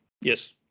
yes